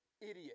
Idiot